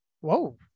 Whoa